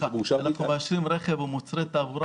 אנחנו מאשרים היום רכב או מוצרי תעבורה